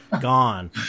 gone